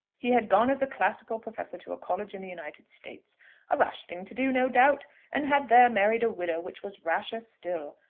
he had gone as a classical professor to a college in the united states a rash thing to do, no doubt and had there married a widow, which was rasher still.